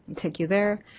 take you there.